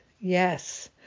Yes